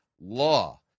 law